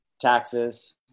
taxes